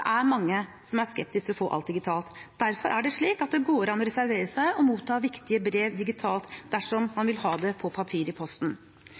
er mange som er skeptiske til å få alt digitalt, og derfor er det slik at det går an å reservere seg mot å motta viktige brev digitalt dersom